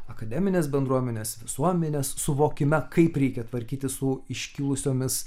akademinės bendruomenės visuomenės suvokime kaip reikia tvarkytis su iškilusiomis